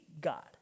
God